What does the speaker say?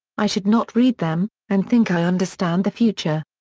i should not read them, and think i understand the future.